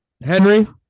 Henry